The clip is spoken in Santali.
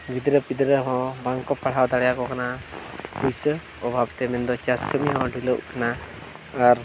ᱜᱤᱫᱽᱨᱟᱹᱼᱯᱤᱫᱽᱨᱟᱹ ᱦᱚᱸ ᱵᱟᱝᱠᱚ ᱯᱟᱲᱦᱟᱣ ᱫᱟᱲᱮᱭᱟᱠᱚ ᱠᱟᱱᱟ ᱯᱩᱭᱥᱟᱹ ᱚᱵᱷᱟᱵᱽ ᱛᱮ ᱢᱮᱱᱫᱚ ᱪᱟᱥ ᱠᱟᱹᱢᱤ ᱦᱚᱸ ᱰᱷᱤᱞᱟᱹᱜ ᱠᱟᱱᱟ ᱟᱨ